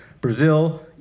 Brazil